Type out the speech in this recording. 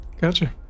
Gotcha